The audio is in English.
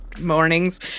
mornings